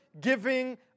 giving